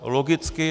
Logicky.